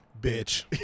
Bitch